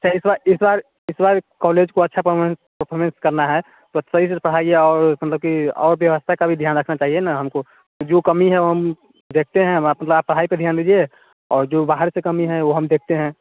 अच्छा इस बार इस बार इस बार कॉलेज को अच्छा पफामेंस परफॉरमेंस करना है तो सही से पढ़ाइए और मतलब की और व्यवस्था का भी ध्यान रखना चाहिए ना हमको जो कमी है वह हम देखते हैं हम मतलब पढ़ाई पर ध्यान दीजिए और जो बाहर से कमी है वह हम देखते हैं